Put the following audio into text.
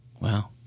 Wow